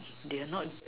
if they are not